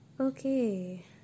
Okay